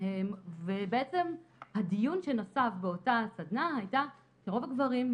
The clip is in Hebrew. ובעצם הדיון שנוסף באותה סדנה הייתה שרוב הגברים,